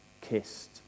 kissed